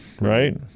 Right